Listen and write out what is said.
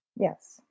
Yes